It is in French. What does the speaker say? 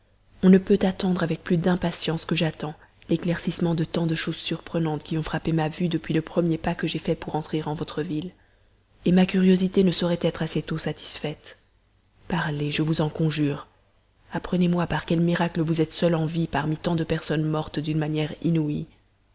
on ne peut attendre avec plus d'impatience que j'attends l'éclaircissement de tant de choses surprenantes qui ont frappé ma vue depuis le premier pas que j'ai fait pour entrer en votre ville et ma curiosité ne saurait être assez tôt satisfaite parlez je vous en conjure apprenez-moi par quel miracle vous êtes seul en vie parmi tant de personnes mortes d'une manière inouïe